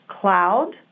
cloud